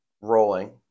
rolling